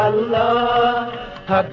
Allah